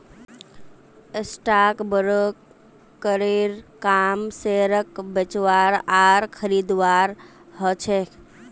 stock ब्रोकरेर काम शेयरक बेचवार आर खरीदवार ह छेक